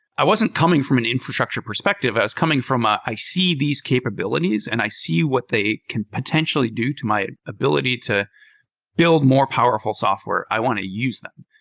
i wasn't coming from an infrastructure perspective. i was coming from ah i see these capabilities and i see what they can potentially do to my ability to build more powerful software. i want to use them.